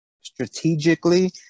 strategically